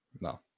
No